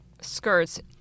skirts